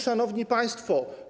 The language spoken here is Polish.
Szanowni Państwo!